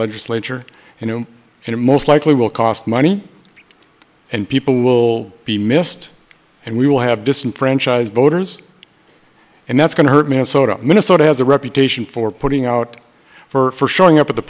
legislature and and most likely will cost money and people will be missed and we will have disenfranchised voters and that's going to hurt minnesota minnesota has a reputation for putting out for showing up at the